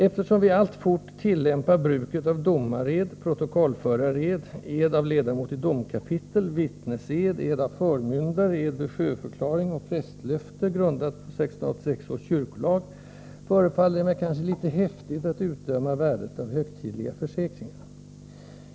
Eftersom vi alltfort tillämpar bruket av domared, protokollförared, ed av ledamot i domkapitel, vittnesed, ed av förmyndare, ed vid sjöförklaring och prästlöfte, grundat på 1686 års kyrkolag, förefaller det mig kanske litet häftigt att utdöma värdet av högtidliga försäkringar.